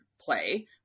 play